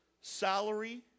salary